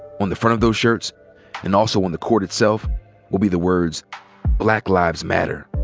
on the front of those shirts and also on the court itself will be the words black lives matter.